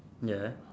ya